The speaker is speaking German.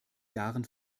jahren